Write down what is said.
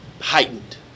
Heightened